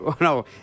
No